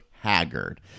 haggard